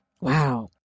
Wow